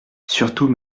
surtout